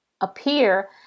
appear